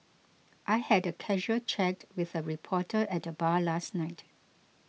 I had a casual chat with a reporter at the bar last night